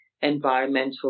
environmental